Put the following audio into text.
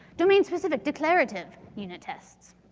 domain specific declarative you know tests?